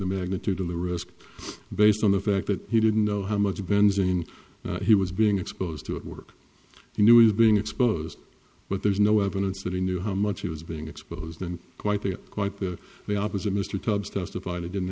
the magnitude of the risk based on the fact that he didn't know how much of benzene he was being exposed to at work he knew it was being exposed but there's no evidence that he knew how much he was being exposed in quite the quite the opposite mr tubbs testified he didn't